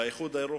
באיחוד האירופי,